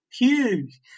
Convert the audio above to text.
huge